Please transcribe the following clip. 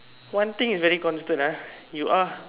one thing is very constant ah you are